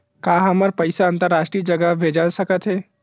का हमर पईसा अंतरराष्ट्रीय जगह भेजा सकत हे?